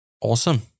Awesome